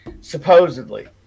supposedly